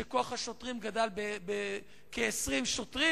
ואילו כוח השוטרים גדל בכ-20 שוטרים.